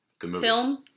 film